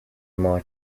mar